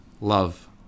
Love